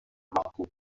макул